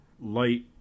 light